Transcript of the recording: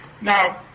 Now